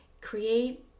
create